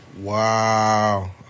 Wow